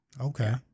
Okay